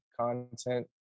content